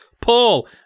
Paul